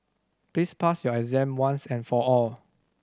please pass your exam once and for all